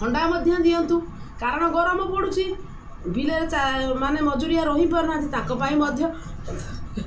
ଥଣ୍ଡା ମଧ୍ୟ ଦିଅନ୍ତୁ କାରଣ ଗରମ ପଡ଼ୁଛି ବିଲରେ ମାନେ ମଜୁରିଆ ରହିପାରୁନାହାନ୍ତି ତାଙ୍କ ପାଇଁ ମଧ୍ୟ